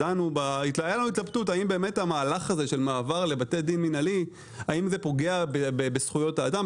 הייתה לנו התלבטות אם המהלך של מעבר לבתי דין מינהלי פוגע בזכויות האדם,